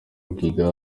rwigara